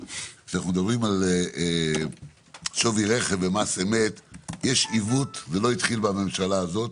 כשמדברים על שווי רכב ומס אמת יש עיוות לא התחיל בממשלה הזאת,